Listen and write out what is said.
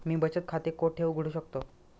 मी बचत खाते कोठे उघडू शकतो?